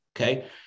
Okay